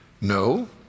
No